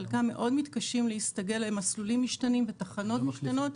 חלקם מתקשים מאוד להסתגל למסלולים משתנים ותחנות משתנות.